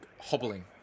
Hobbling